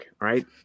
right